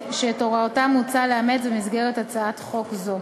הוראותיהם הוצע לאמץ במסגרת הצעת חוק זו.